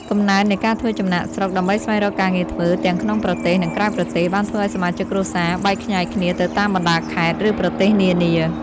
កំណើននៃការធ្វើចំណាកស្រុកដើម្បីស្វែងរកការងារធ្វើ ទាំងក្នុងប្រទេស និងក្រៅប្រទេស បានធ្វើឱ្យសមាជិកគ្រួសារបែកខ្ញែកគ្នាទៅតាមបណ្ដាខេត្ត ឬប្រទេសនានា។